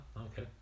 okay